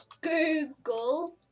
Google